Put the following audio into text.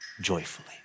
joyfully